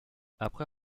après